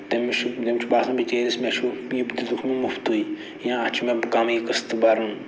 تٔمِس چھُ تٔمۍ چھُ باسان بِچٲرِس مےٚ چھُ یہِ دِتُکھ مےٚ مُفتٕے یا اَتھ چھِ مےٚ کَمٕے قصتہٕ بَرُن